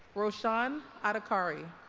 roshan adhikari